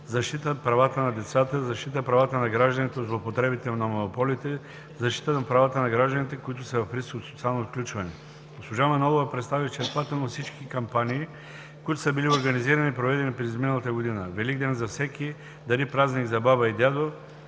защита на правата на децата, защита на правата на гражданите от злоупотребите на монополите, защита на правата на гражданите, които са в риск от социално изключване. Госпожа Манолова представи изчерпателно всички кампании, които са били организирани и проведени през изминалата година. „Великден за всеки“ – „Дари празник за баба и дядо“